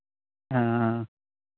हाँ हाँ